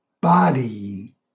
body